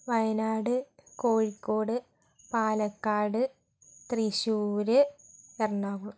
Wayanad Kozhikode Palakkad Thrissur Ernakulam